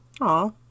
Aw